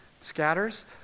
scatters